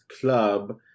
club